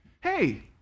Hey